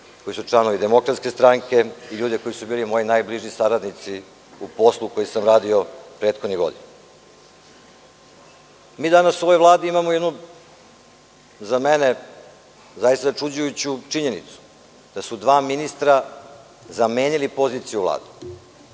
koji su članovi DS i ljude koji su bili moji najbliži saradnici u poslu koji sam radio prethodnih godina. Mi danas u ovoj Vladi imamo jednu za mene zaista začuđujuću činjenicu, da su dva ministra zamenili pozicije u Vladi.